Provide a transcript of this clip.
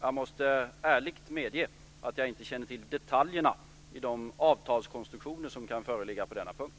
Jag måste dock ärligt medge att jag inte känner till detaljerna i de avtalskonstruktioner som kan föreligga på denna punkt.